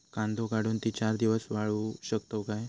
कांदो काढुन ती चार दिवस वाळऊ शकतव काय?